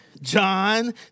John